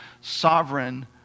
sovereign